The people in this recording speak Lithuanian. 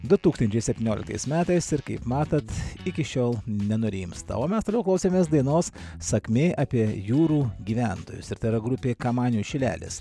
du tūkstančiai septynioliktais metais ir kaip matot iki šiol nenurimsta o mes toliau klausėmės dainos sakmė apie jūrų gyventojus ir tai yra grupė kamanių šilelis